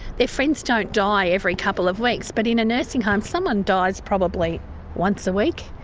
their friends don't die every couple of weeks, but in a nursing home someone dies probably once a week.